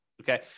okay